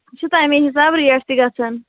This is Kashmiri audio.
یہِ چھُ تَمے حِسابہٕ ریٹ تہِ گژھان